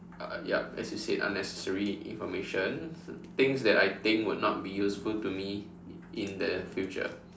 uh yup as you said unnecessary information things that I think would not be useful to me in the future